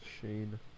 Shane